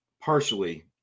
partially